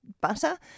butter